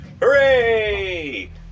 Hooray